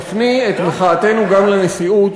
שתפני את מחאתנו גם לנשיאות.